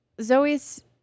Zoe's